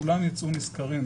כולם יצאו נשכרים.